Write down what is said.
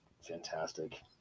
fantastic